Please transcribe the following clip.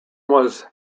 was